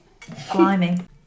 Climbing